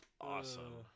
awesome